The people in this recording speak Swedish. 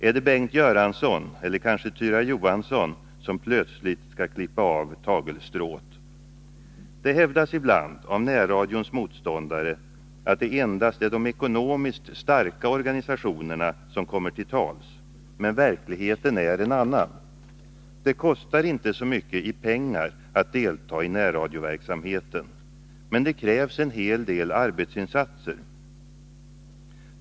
Är det Bengt Göransson eller kanske Tyra Johansson som plötsligt skall klippa av tagelstrået? Det hävdas ibland av närradions motståndare att det endast är de ekonomiskt starka organisationerna som kommer till tals. Men verkligheten är en annan. Det kostar inte så mycket i pengar att delta i närradioverksamheten. Men det krävs en hel del arbetsinsatser.